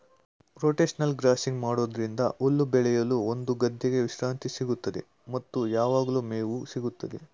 rotational grazing ಮಾಡೋದ್ರಿಂದ ಹುಲ್ಲು ಬೆಳೆಯಲು ಒಂದು ಗದ್ದೆಗೆ ವಿಶ್ರಾಂತಿ ಸಿಗುತ್ತದೆ ಮತ್ತು ಯಾವಗ್ಲು ಮೇವು ಸಿಗುತ್ತದೆ